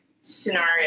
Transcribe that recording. scenario